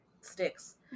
sticks